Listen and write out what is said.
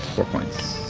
four points.